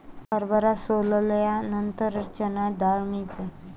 हरभरा सोलल्यानंतर चणा डाळ मिळते